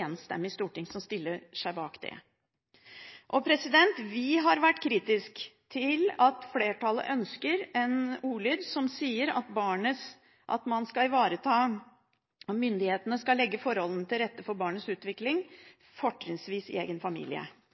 enstemmig storting som stiller seg bak det, er et av de store spørsmålene under denne debatten. Vi har vært kritisk til at flertallet ønsker en ordlyd som sier at myndighetene skal legge forholdene til rette for barnets utvikling, fortrinnsvis i egen familie.